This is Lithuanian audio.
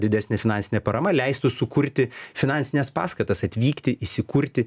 didesnė finansinė parama leistų sukurti finansines paskatas atvykti įsikurti